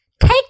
Take